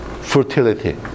fertility